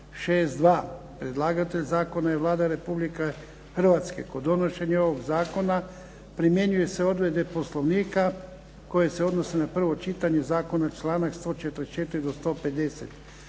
362 Predlagatelj zakona je Vlada Republike Hrvatske. Kod donošenja ovog zakona primjenjuju se odredbe Poslovnika koje se odnose na prvo čitanje zakona, članak 144. do 150.